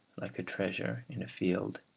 like a treasure in a field,